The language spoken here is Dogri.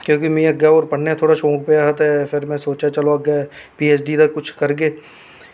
क्यूंकि मिगी अग्गै होर पढ़ने दा शौक हा ते फिर में सोचेआ अग्गै पी एच डी तक कुछ करगे